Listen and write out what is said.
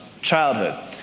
childhood